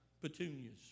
petunias